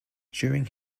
during